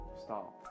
Stop